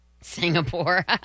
Singapore